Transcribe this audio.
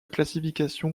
classification